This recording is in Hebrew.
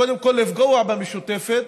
קודם כול לפגוע במשותפת